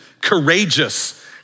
courageous